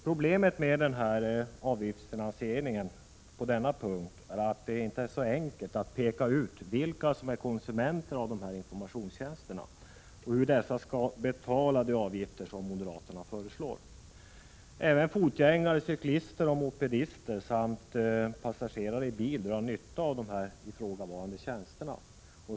Problemet med avgiftsfinansieringen på denna punkt är att det inte är så enkelt att peka ut vilka som är konsumenter av dessa informationstjänster och hur konsumenterna skall betala de avgifter som moderaterna föreslår. Även fotgängare, cyklister och mopedister samt passagerare i bil drar nytta av ifrågavarande tjänster.